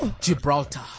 Gibraltar